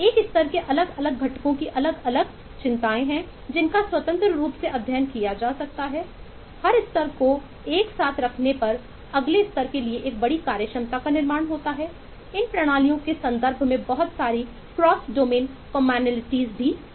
एक स्तर के अलग अलग घटकों की अलग अलग चिंताएं हैं जिनका स्वतंत्र रूप से अध्ययन किया जा सकता है हर स्तर को एक साथ रखने पर अगले स्तर के लिए एक बड़ी कार्यक्षमता का निर्माण होता है इन प्रणालियों के संदर्भ में बहुत सारी क्रॉस डोमेन समानताएं भी है